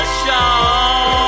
show